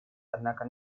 однако